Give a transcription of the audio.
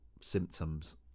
symptoms